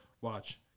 Watch